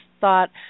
thought